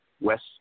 West